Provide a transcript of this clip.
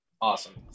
Awesome